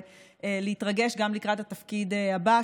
ולהתרגש גם לקראת התפקיד הבא.